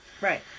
Right